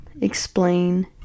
explain